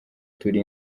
turi